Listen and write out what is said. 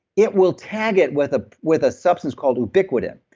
it will tag it with ah with a substance called ubiquitin.